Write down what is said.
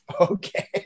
Okay